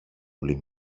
όλη